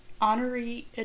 honorary